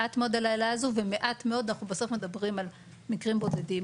מעט מאוד ואנחנו בסוף מדברים על מקרים בודדים.